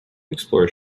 explores